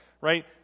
Right